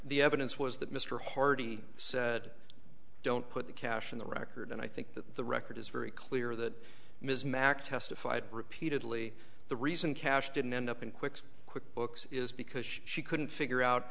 the evidence was that mr hardie said don't put the cash in the record and i think that the record is very clear that ms mack testified repeatedly the reason cash didn't end up in quick quick books is because she couldn't figure out